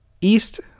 East